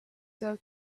sell